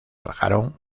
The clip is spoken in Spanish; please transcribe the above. bajaron